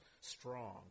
strong